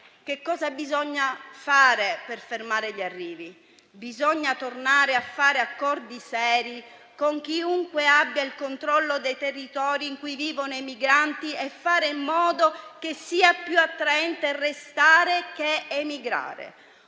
Cosa bisogna fare per fermare gli arrivi? Bisogna tornare a fare accordi seri con chiunque abbia il controllo dei territori dove vivono i migranti e fare in modo che sia più attraente restare che migrare.